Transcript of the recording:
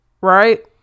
right